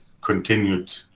continued